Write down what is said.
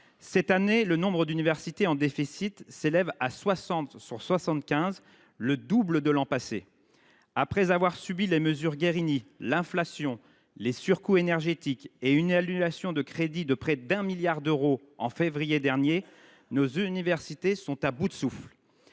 Cette année, le nombre d’universités en déficit s’élève à soixante sur soixante quinze, soit le double de l’an passé. Après avoir subi les mesures Guerini, l’inflation, les surcoûts énergétiques et une annulation de crédits de près de 1 milliard d’euros en février dernier, nos universités sont à bout de souffle